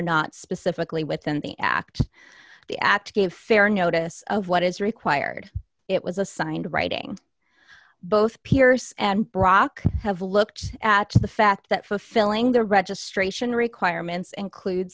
not specifically within the act the act gave fair notice of what is required it was assigned writing both pierce and brock have looked at the fact that fulfilling the registration requirements includes